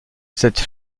ceste